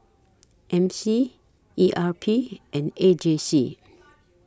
M C E R P and A J C